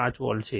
5 volt છે